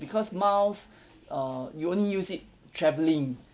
because miles uh you only use it travelling